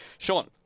Sean